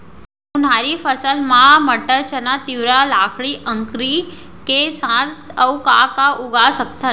उनहारी फसल मा मटर, चना, तिंवरा, लाखड़ी, अंकरी के साथ अऊ का का उगा सकथन?